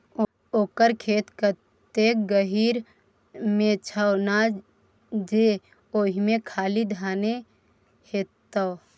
ओकर खेत एतेक गहीर मे छै ना जे ओहिमे खाली धाने हेतै